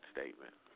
Statement